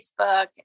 Facebook